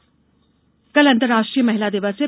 महिला दिवस कल अंतर्राष्ट्रीय महिला दिवस है